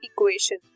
equation